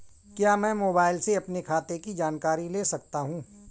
क्या मैं मोबाइल से अपने खाते की जानकारी ले सकता हूँ?